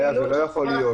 איה, זה לא יכול להיות.